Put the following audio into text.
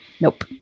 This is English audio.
Nope